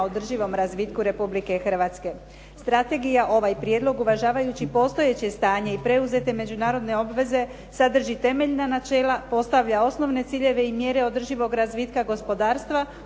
održivom razvitku Republike Hrvatske. Strategija ovaj prijedlog, uvažavajući postojeće stanje i preuzete međunarodne obveze sadrži temeljna načela, postavlja osnovne ciljeve i mjere održivog razvitka gospodarstva,